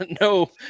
no